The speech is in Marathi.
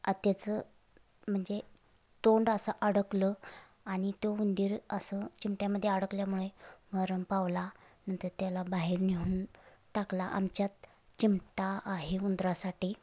आ त्याचं म्हणजे तोंड असं अडकलं आणि तो उंदीर असं चिमट्यामध्ये अडकल्यामुळे मरण पावला नंतर त्याला बाहेर नेऊन टाकला आमच्यात चिमटा आहे उंदरासाठी